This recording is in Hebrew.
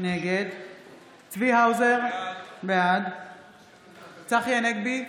נגד צבי האוזר, בעד צחי הנגבי,